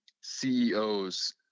CEOs